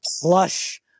plush